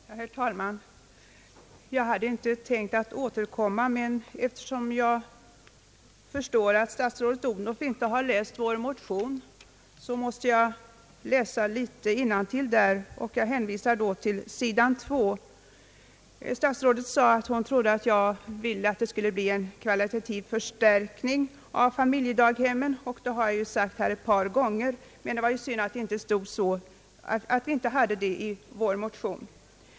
Herr talman! Jag hade inte tänkt återkomma, men eftersom jag förstår att statsrådet Odhnoff inte läst vår motion måste jag citera litet ur den. Jag hänvisar då till sidan 2 i motionen. Statsrådet trodde att jag önskade en kvalitativ förstärkning av familjedaghemmen, och det har jag sagt här ett par gånger, men det var ju synd att vi inte hade den synpunkten med i vår motion.